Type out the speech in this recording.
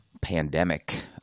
pandemic